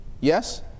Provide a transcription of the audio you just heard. yes